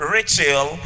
Rachel